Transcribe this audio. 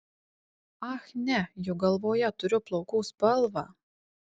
ach ne juk galvoje turiu plaukų spalvą